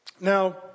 Now